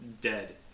dead